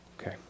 Okay